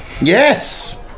Yes